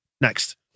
Next